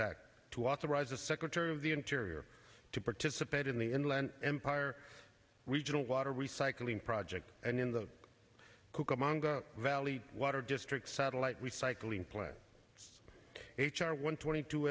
authorize the secretary of the interior to participate in the inland empire regional water recycling project and in the cocoa monga valley water district satellite recycling plant h r one twenty two